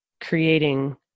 creating